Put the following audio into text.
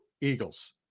Eagles